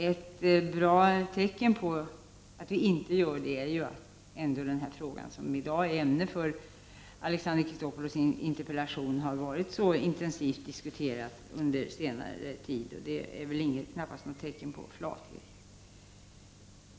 Ett bra tecken på att vi inte gör det är att det ämne som Alexander Chrisopoulos tar upp i sin interpellation har varit så intensivt debatterat under senare tid. Det är väl knappast tecken på flathet.